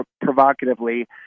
provocatively